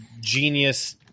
genius